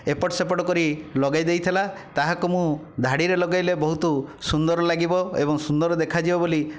ଏପଟସେପଟ କରି ଲଗେଇ ଦେଇଥିଲା ତାହାକୁ ମୁଁ ଧାଡ଼ିରେ ଲଗେଇଲେ ବହୁତ ସୁନ୍ଦର ଲାଗିବ ଏବଂ ସୁନ୍ଦର ଦେଖାଯିବ ବୋଲି